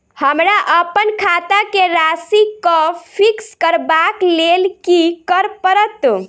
हमरा अप्पन खाता केँ राशि कऽ फिक्स करबाक लेल की करऽ पड़त?